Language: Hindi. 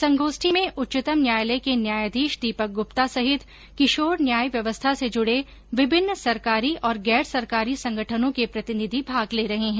संगोष्ठी में उच्चतम न्यायालय के न्यायधीश दीपक गुप्ता समेत किशोर न्याय व्यवस्था से जुड़े विभिन्न सरकारी और गैर सरकारी संगठनो के प्रतिनिधि भोग ले रहे हैं